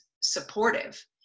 supportive